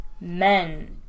men